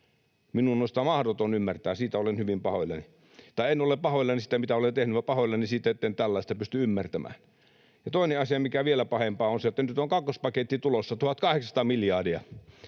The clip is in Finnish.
Minun on sitä mahdoton ymmärtää. Siitä olen hyvin pahoillani. En ole pahoillani siitä, mitä olen tehnyt, vaan pahoillani siitä, etten tällaista pysty ymmärtämään. Ja toinen asia, mikä on vielä pahempi, on se, että nyt on kakkospaketti tulossa, 1 800 miljardia.